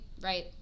right